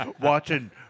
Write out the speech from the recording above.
Watching